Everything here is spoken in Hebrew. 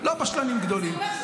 לא בשלנים גדולים.